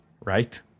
right